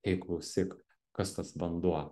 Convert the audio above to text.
ei klausyk kas tas vanduo